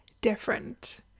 different